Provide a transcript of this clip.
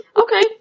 Okay